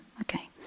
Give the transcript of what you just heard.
okay